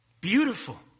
Beautiful